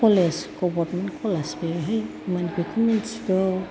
college government college बेहाय बेखौ मिथिगौ